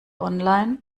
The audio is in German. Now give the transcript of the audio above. online